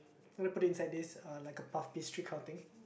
we put it inside this uh like a puff pastry kind of thing